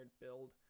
build